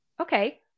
okay